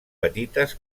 petites